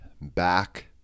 back